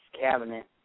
cabinet